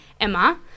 Emma